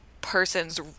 person's